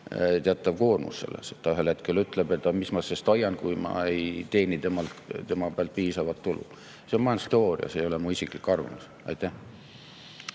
teatav [ajend], kui ta ühel hetkel ütleb, et mis ma tast hoian, kui ma ei teeni tema pealt piisavat tulu. See on majandusteooria, see ei ole mu isiklik arvamus. Aitäh!